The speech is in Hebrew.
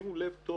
שמו לב טוב